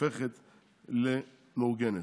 הופכת למאורגנת".